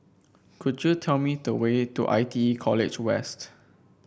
could you tell me the way to I T E College West